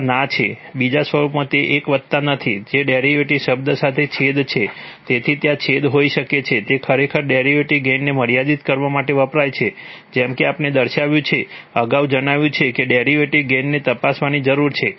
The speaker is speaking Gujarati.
ત્યાં ના છે બીજા સ્વરૂપમાં તે એક વત્તા નથી જે ડેરિવેટિવ શબ્દ સાથે છેદ છે તેથી ત્યાં છેદ હોઈ શકે છે તે ખરેખર ડેરિવેટિવ ગેઇનને મર્યાદિત કરવા માટે વપરાય છે જેમ કે આપણે દર્શાવ્યું છે અગાઉ જણાવ્યું છે કે ડેરિવેટિવ ગેઇનને તપાસવાની જરૂર છે